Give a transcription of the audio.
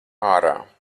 ārā